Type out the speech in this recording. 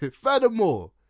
furthermore